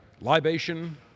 libation